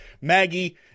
Maggie